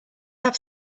have